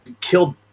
killed